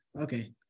Okay